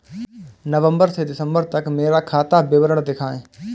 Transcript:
नवंबर से दिसंबर तक का मेरा खाता विवरण दिखाएं?